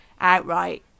outright